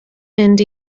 mynd